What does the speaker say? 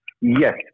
Yes